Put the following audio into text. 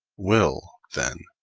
will, then,